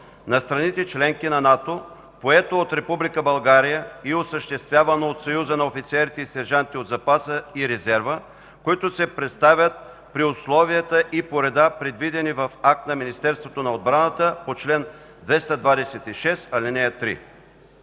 на страните – членки на НАТО, поето от Република България и осъществявано от Съюза на офицерите и сержантите от запаса и резерва, които се предоставят при условията и по реда, предвидени в акта на министъра на отбраната по чл. 226м, ал. 3.”